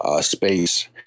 space